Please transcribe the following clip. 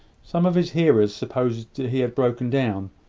some of his hearers supposed he had broken-down,